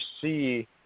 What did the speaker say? see